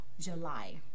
July